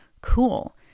cool